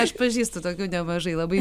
aš pažįstu tokių nemažai labai